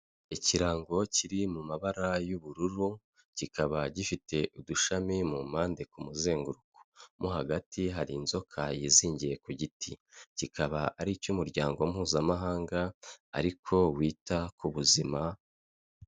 Ikirango kiri mu mabara y'ubururu, kikaba gifite udushami mu mpande ku muzenguruko. Mo hagati hari inzoka yizingiye ku giti. Kikaba ari icy'umuryango mpuzamahanga ariko wita ku buzima.